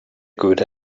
good